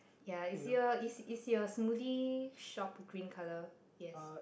ya is your is is your smoothie shop green colour yes